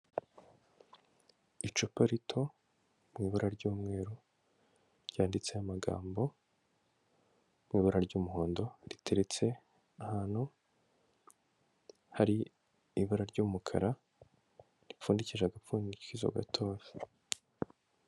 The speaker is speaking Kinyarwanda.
Icupa rito mu ibara ry'umweru ryanditseho amagambo mu ibara ry'umuhondo, riteretse ahantu hari ibara ry'umukara, ripfundikije agapfundikizo gatoya.